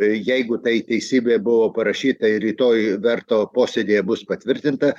jeigu tai teisybė buvo parašyta ir rytoj verto posėdyje bus patvirtinta